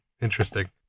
Interesting